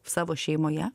savo šeimoje